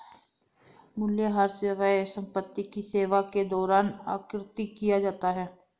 मूल्यह्रास व्यय संपत्ति की सेवा के दौरान आकृति किया जाता है